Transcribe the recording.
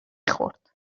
خورد